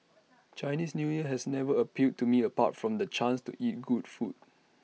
Chinese New Year has never appealed to me apart from the chance to eat good food